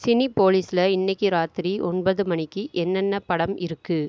சினிபோலிஸில் இன்றைக்கு ராத்திரி ஒன்பது மணிக்கு என்னென்ன படம் இருக்குது